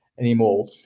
anymore